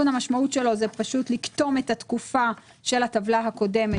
המשמעות של התיקון היא לקטום את התקופה של הטבלה הקודמת